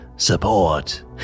support